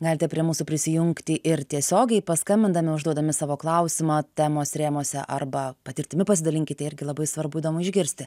galite prie mūsų prisijungti ir tiesiogiai paskambindami užduodami savo klausimą temos rėmuose arba patirtimi pasidalinkite irgi labai svarbu įdomu išgirsti